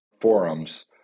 forums